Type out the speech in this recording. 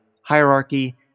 hierarchy